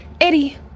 Eddie